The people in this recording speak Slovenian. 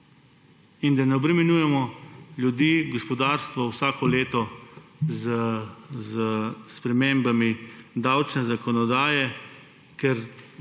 in ne obremenjujemo ljudi, gospodarstva vsako leto s spremembami davčne zakonodaje. Ker